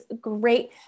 great